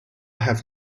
have